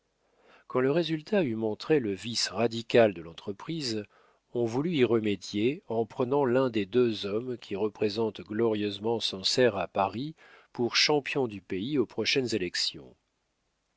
quand le résultat eut montré le vice radical de l'entreprise on voulut y remédier en prenant l'un des deux hommes qui représentent glorieusement sancerre à paris pour champion du pays aux prochaines élections